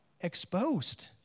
exposed